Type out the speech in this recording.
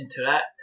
interact